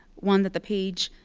one that the page